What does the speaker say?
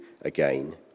again